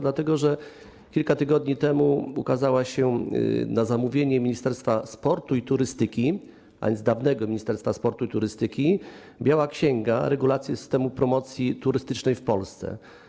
Dlatego że kilka tygodni temu ukazała się na zamówienie Ministerstwa Sportu i Turystyki, dawnego Ministerstwa Sportu i Turystyki „Biała księga regulacji systemu promocji turystycznej w Polsce”